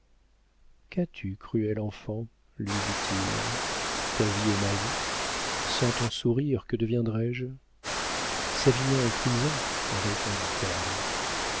qu'as-tu cruelle enfant lui dit-il ta vie est ma vie sans ton sourire que deviendrais-je savinien en prison